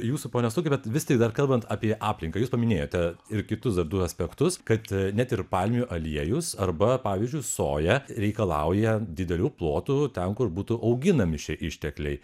jūsų pone stukai bet vis tik dar kalbant apie aplinką jūs paminėjote ir kitus dar du aspektus kad net ir palmių aliejus arba pavyzdžiui soja reikalauja didelių plotų tam kur būtų auginami šie ištekliai